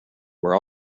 were